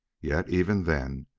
yet, even then,